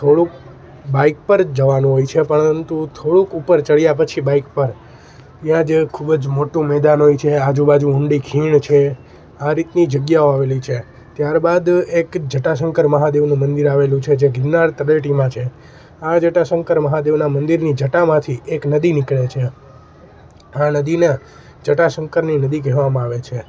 થોડુંક બાઈક પર જવાનું હોય છે પરંતુ થોડુંક ઉપર ચડ્યા પછી બાઈક પર ત્યાં જે ખૂબ જ મોટું મેદાન હોય છે આજુબાજુ ઊંડી ખીણ છે આ રીતની જગ્યાઓ આવેલી છે ત્યારબાદ એક જટાશંકર મહાદેવનું મંદિર આવેલું છે જે ગીરનાર તળેટીમાં છે આ જટાશંકર મહાદેવના મંદિરની જટામાંથી એક નદી નીકળે છે આ નદીના જટાશંકરની નદી કહેવામાં આવે છે